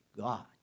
God